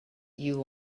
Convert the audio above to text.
you